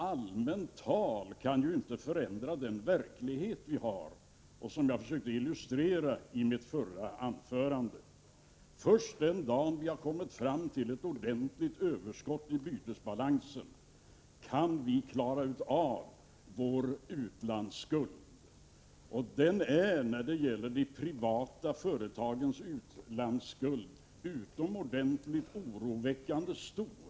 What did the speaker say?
Allmänt tal kan inte förändra den verklighet som vi har och som jag försökte illustrera i mitt förra anförande. Först den dag vi har fått ett ordentligt överskott i bytesbalansen kan vi klara av vår utlandsskuld. Den är när det gäller de privata företagens utlandsskulder oroväckande stor.